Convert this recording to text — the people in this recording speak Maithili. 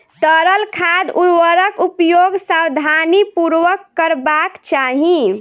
तरल खाद उर्वरकक उपयोग सावधानीपूर्वक करबाक चाही